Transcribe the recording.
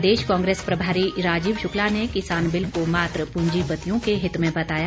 प्रदेश कांग्रेस प्रभारी राजीव शुक्ला ने किसान बिल को मात्र पूंजीपतियों के हित में बताया